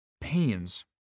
Pains